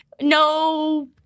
no